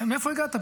מאיפה הגעת פתאום?